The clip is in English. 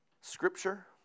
Scripture